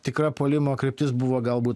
tikra puolimo kryptis buvo galbūt